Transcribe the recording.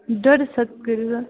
ڈۄڈس ہتس کٔرِو حظ